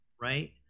Right